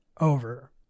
Over